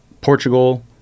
Portugal